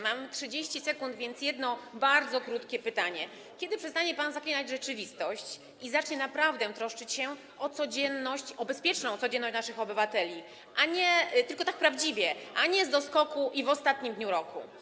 Mam 30 sekund, więc jedno bardzo krótkie pytanie: Kiedy przestanie pan zaklinać rzeczywistość i zacznie naprawdę troszczyć się o codzienność, o bezpieczną codzienność naszych obywateli, tylko tak prawdziwie, a nie z doskoku i w ostatnim dniu roku?